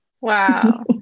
Wow